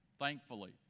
thankfully